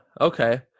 Okay